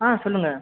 ஆ சொல்லுங்கள்